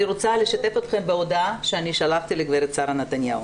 אני רוצה לשתף אתכם בהודעה שאני שלחתי לגברת שרה נתניהו.